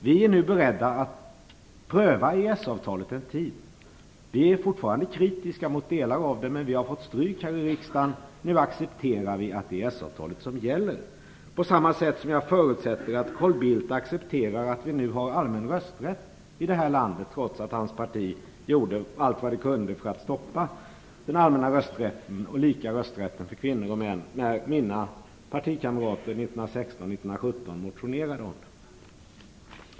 Vi är nu beredda att pröva EES-avtalet en tid. Vi är fortfarande kritiska mot delar av det, men vi har fått stryk här i riksdagen. Nu accepterar vi att det är EES-avtalet som gäller. På samma sätt förutsätter jag att Carl Bildt accepterar att vi nu har allmän rösträtt i det här landet, trots att hans parti gjorde allt vad det kunde för att stoppa den allmänna rösträtten och den lika rösträtten för kvinnor och män när mina partikamrater 1916-1917 motionerade om det.